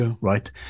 right